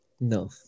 No